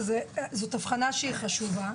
זאת הבחנה חשובה.